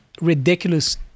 ridiculous